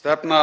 stefna